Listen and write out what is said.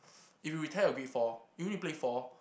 if you retire your grade four you need to play four